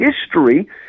history